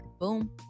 Boom